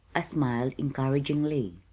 i smiled encouragingly.